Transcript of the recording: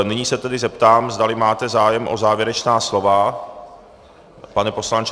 Nyní se zeptám, zdali máte zájem o závěrečná slova, pane poslanče.